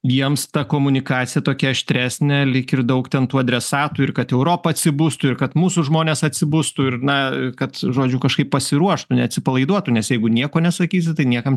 jiems ta komunikacija tokia aštresnė lyg ir daug ten tų adresatų ir kad europa atsibustų ir kad mūsų žmonės atsibustų ir na kad žodžiu kažkaip pasiruoštų neatsipalaiduotų nes jeigu nieko nesakysi tai niekam